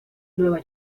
nueva